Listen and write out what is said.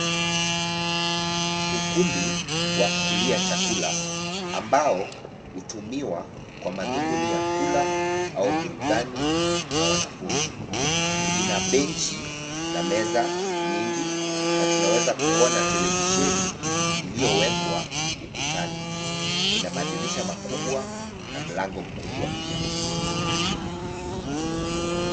Ukumbi wa kulia chakula ambao hutumiwa kwa mathumuni ya kula au burudani na wanafunzi, ina benchi na meza nyingi. Na tunaweza kuona televisheni iliyowekwa ukutani, ina madirisha makubwa na mlango mkubwa pia.